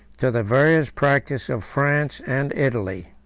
to the various practice of france and italy.